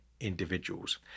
individuals